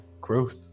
growth